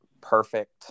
perfect